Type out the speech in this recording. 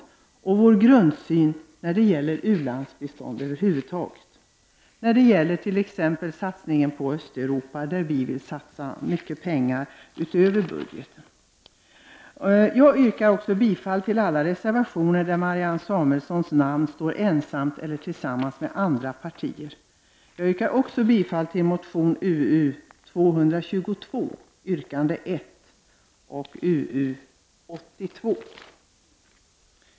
Hon har också redogjort för vår grundsyn i fråga om u-landsbistånd. Det gäller t.ex. satsningen på Östeuropa, där vi vill satsa mycket pengar utöver de i budgeten angivna. Jag yrkar bifall till alla reservationer där Marianne Samuelssons namn står ensamt eller tillsammans med andra partiers representanter. Vidare yrkar jag bifall till motion UU222, yrkande 1 samt motion UU82.